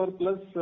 plus